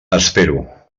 espero